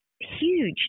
huge